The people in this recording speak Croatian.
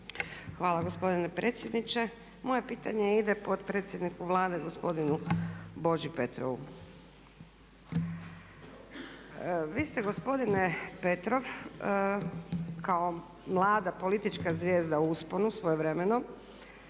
Hvala gospodine predsjedniče. Moje pitanje ide potpredsjedniku Vlade, gospodinu Boži Petrovu. Vi ste gospodine Petrov kao mlada politička zvijezda u usponu svojevremeno